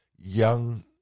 young